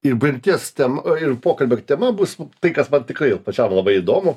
ir pirties tema ir pokalbio tema bus bus tai kas man tikrai pačiam labai įdomu